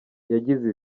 yagize